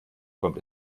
kommt